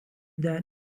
than